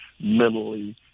mentally